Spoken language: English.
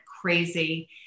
crazy